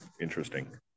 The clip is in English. interesting